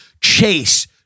Chase